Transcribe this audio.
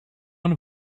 one